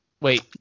Wait